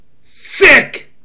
Sick